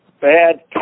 bad